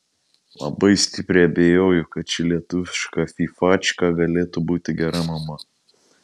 labai stipriai abejoju kad ši lietuviška fyfačka galėtų būti gera mama